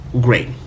Great